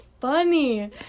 funny